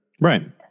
Right